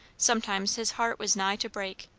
sometimes his heart was nigh to break.